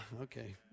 okay